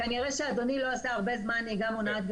כנראה שאדוני לא עשה הרבה זמן נהיגה מונעת,